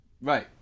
Right